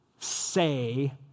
say